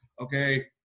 okay